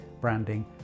branding